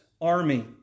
army